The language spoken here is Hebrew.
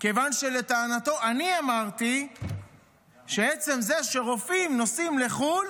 מכיוון שלטענתו אני אמרתי שעצם זה שרופאים נוסעים לחו"ל